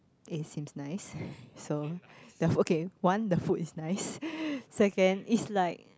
it seems nice so the okay one the food is nice second is like